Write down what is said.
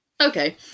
okay